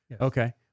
Okay